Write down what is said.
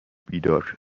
بیدار